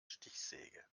stichsäge